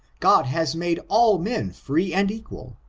god has made all men free and equal.